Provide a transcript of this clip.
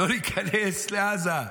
לא להיכנס לעזה,